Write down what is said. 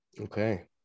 Okay